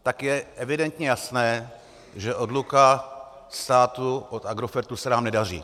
Je evidentně jasné, že odluka státu od Agrofertu se nám nedaří.